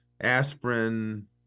aspirin